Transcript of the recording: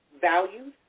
values